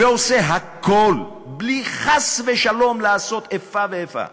ועושה הכול, בלי חס ושלום לעשות איפה ואיפה.